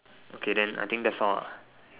okay then I think that's all ah